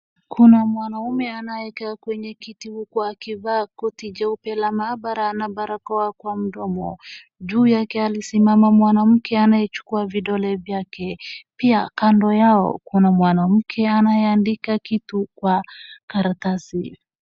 Kuna mwanaume anayekaa kwenye kiti huku akivaa koti jeupe la maabara na barakoa kwa mdomo. Juu yake amesimama mwanamke anayechukua vidole vyake, pia kando yao kuna mwanamke anayeandika kitu kwa karatasi.